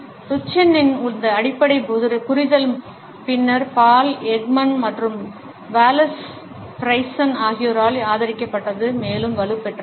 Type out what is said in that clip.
டுச்சென்னின் இந்த அடிப்படை புரிதல் பின்னர் பால் எக்மன் மற்றும் வாலஸ் ஃப்ரைசென் ஆகியோரால் ஆதரிக்கப்பட்டது மேலும் வலுப்பெற்றது